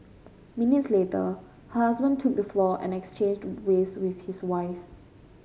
minutes later her husband took the floor and exchanged the waves with his wife